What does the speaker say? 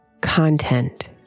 content